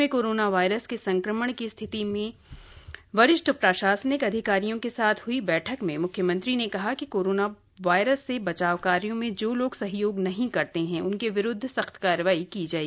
प्रदेश में corona virus के संक्रमण की स्थिति के संबंध में वरिष्ठ प्रशासनिक अधिकारियों के साथ हई बैठक में म्ख्यमंत्री ने कहा कि कोरोना वायरस से बचाव कार्यों में जो लोग सहयोग नहीं करते हैं उनके विरूद्व सख्त कार्रवाई की जाए